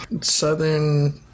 Southern